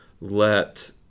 let